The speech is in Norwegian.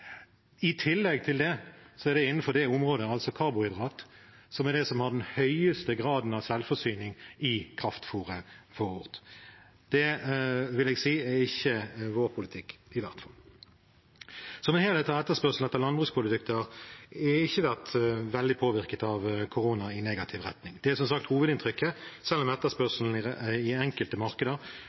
I tillegg er det innenfor det området, altså karbohydrater, man har den høyeste graden av selvforsyning i kraftfôret. Det er i hvert fall ikke vår politikk. Som helhet har etterspørsel etter landbruksprodukter ikke vært veldig påvirket av korona i negativ retning. Det er som sagt hovedinntrykket, selv om etterspørselen i enkelte markeder har gitt betydelige utfordringer for enkelte